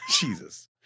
Jesus